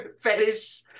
fetish